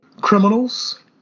criminals